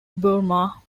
burma